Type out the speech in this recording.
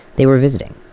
they were visiting,